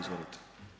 Izvolite.